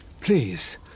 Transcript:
Please